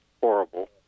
horrible